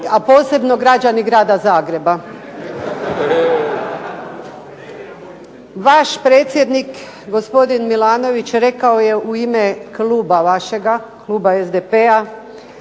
a posebno građani grada Zagreba. Vaš predsjednik gospodin MIlanović, rekao je u ime Kluba vašega, Kluba SDP-a